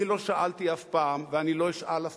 אני לא שאלתי אף פעם ואני לא אשאל אף